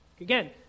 Again